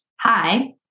hi